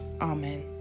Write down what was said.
Amen